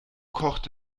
kocht